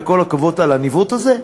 וכל הכבוד על הניווט הזה,